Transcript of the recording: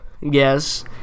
Yes